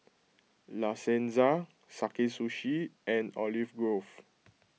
La Senza Sakae Sushi and Olive Grove